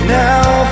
now